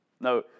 No